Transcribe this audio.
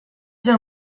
zen